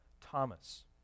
Thomas